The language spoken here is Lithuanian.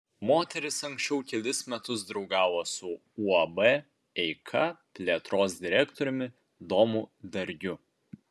moteris anksčiau kelis metus draugavo su uab eika plėtros direktoriumi domu dargiu